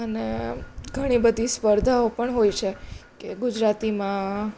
અને ઘણી બધી સ્પર્ધાઓ પણ હોય છે કે ગુજરાતીમાં